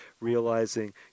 realizing